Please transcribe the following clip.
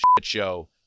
show